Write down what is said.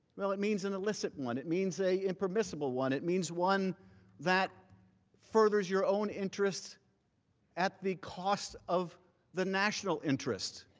well it means an illicit one. it means an impermissible one. it means one that furthers your own interests at the cost of the national interest.